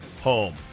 home